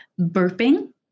burping